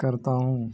کرتا ہوں